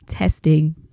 Testing